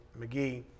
McGee